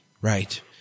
right